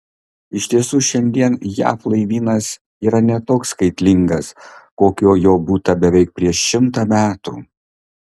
iš tiesų šiandien jav laivynas yra ne toks skaitlingas kokio jo būta beveik prieš šimtą metų